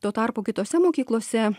tuo tarpu kitose mokyklose